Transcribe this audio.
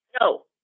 No